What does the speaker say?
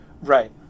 Right